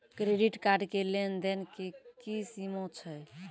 Credit card के लेन देन के की सीमा छै?